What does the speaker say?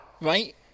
Right